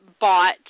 bought